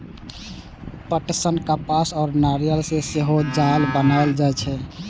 पटसन, कपास आ नायलन सं सेहो जाल बनाएल जाइ छै